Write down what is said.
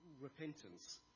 repentance